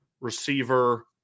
Receiver